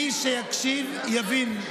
מי שיקשיב יבין.